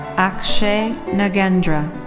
akshay nagendra.